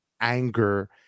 anger